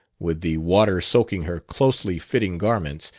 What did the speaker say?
with the water soaking her closely-fitting garments,